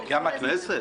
גם הכנסת.